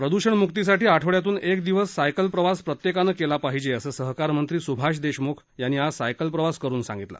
प्रदूषण मुक्तीसाठी आठवड्यातून एक दिवस सायकल प्रवास प्रत्येकाने केला पाहिजे असं सहकार मंत्री सुभाष देशमुख यांनी आज सायकल प्रवास करुन सांगितलं